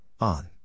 On